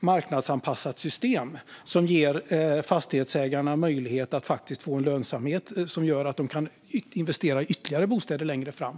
marknadsanpassat system som ger fastighetsägarna möjlighet att få en lönsamhet som gör att de kan investera i ytterligare bostäder längre fram.